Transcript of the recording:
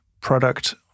product